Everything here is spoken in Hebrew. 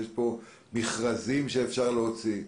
יש פה מכרזים שאפשר להוציא.